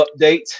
update